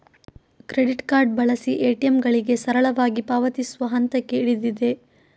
credit card ಬಳಸಿ ಎ.ಟಿ.ಎಂಗಳಿಗೆ ಸರಳವಾಗಿ ಪಾವತಿಸುವ ಹಂತಕ್ಕೆ ಇಳಿದಿದೆ